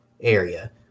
area